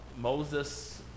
Moses